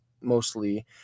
mostly